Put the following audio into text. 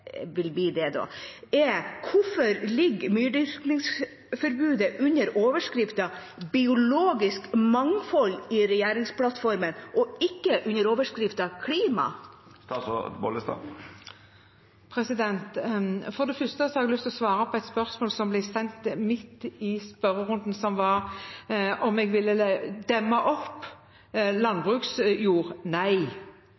Hvorfor ligger myrdyrkingsforbudet under overskriften «biologisk mangfold» i regjeringsplattformen og ikke under overskriften «klima»? Først har jeg lyst til å svare på et spørsmål som kom midt i spørrerunden, og som var om jeg ville demme